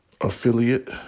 affiliate